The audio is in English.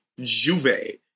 Juve